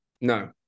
No